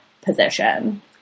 position